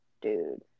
Dude